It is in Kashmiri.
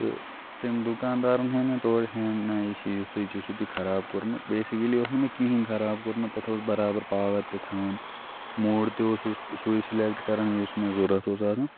تہٕ تٔمۍ دُکاندارَن ہٲوۍ مےٚ تورٕ ہٮ۪نٛگ نہ یہِ چھُ یُتھُے ژےٚ چھُتھ یہِ خراب کوٚرمُت بیسِکٔلی اوس نہٕ مےٚ کِہیٖنۍ خراب کوٚرمُت تَتھ اوس بَرابَر پاوَر تہِ تھاوان موڈ تہِ اوسُس سُے سِلٮ۪کٹ کَران یُس مےٚ ضوٚرَتھ اوس آسان